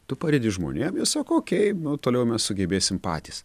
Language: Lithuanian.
tu padedi žmonėm jie sako okei toliau mes sugebėsim patys